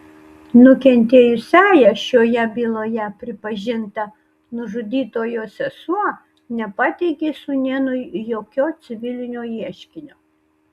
nukentėjusiąja šioje byloje pripažinta nužudytojo sesuo nepateikė sūnėnui jokio civilinio ieškinio